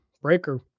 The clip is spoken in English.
Breaker